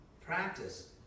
practice